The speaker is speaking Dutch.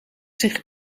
zich